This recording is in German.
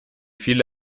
viele